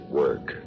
work